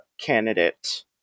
candidate